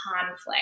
conflict